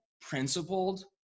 principled